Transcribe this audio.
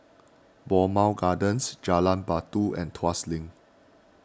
Bowmont Gardens Jalan Batu and Tuas Link